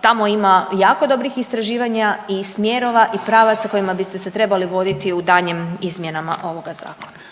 Tamo ima jako dobrih istraživanja i smjerova i pravaca kojima biste se trebali voditi u daljnjim izmjenama ovoga zakona.